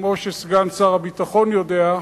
כמו שסגן שר הביטחון יודע,